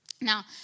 Now